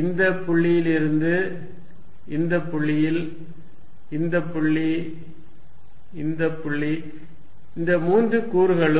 இந்த புள்ளியிலிருந்து இந்த புள்ளியில் இந்த புள்ளி இந்த புள்ளி இந்த மூன்று கூறுகளும்